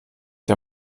der